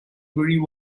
grieve